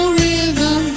rhythm